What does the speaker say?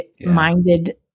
minded